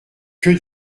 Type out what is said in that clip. que